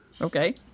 Okay